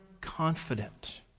confident